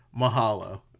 mahalo